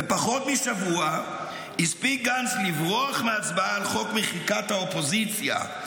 בפחות משבוע הספיק גנץ לברוח מההצבעה על חוק מחיקת האופוזיציה,